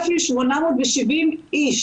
"עזר מציון",